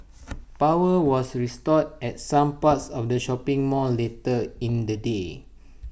power was restored at some parts of the shopping mall later in the day